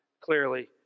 clearly